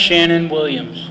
shannon williams